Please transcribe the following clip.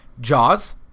Jaws